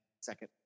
second